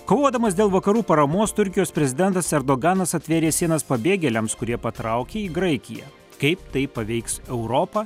kovodamas dėl vakarų paramos turkijos prezidentas erdoganas atvėrė sienas pabėgėliams kurie patraukė į graikiją kaip tai paveiks europą